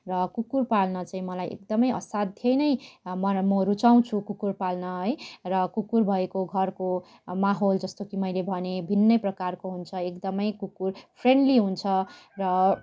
र कुकुर पाल्न चाहिँ मलाई एकदमै असाध्य नै म रुचाउँछु कुकुर पाल्न है र कुकुर भएको घरको माहौल जस्तो कि मैले भने भिन्नै प्रकारको हुन्छ एकदमै कुकुर फ्रेन्डली हुन्छ र